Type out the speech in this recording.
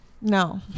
no